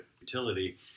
utility